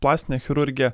plastinę chirurgiją